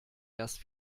erst